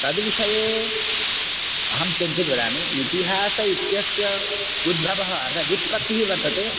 तद्विषये अहं किञ्चित् वदामि इतिहासः इत्यस्य उद्भवः अर्थस्य व्युत्पत्तिः वर्तते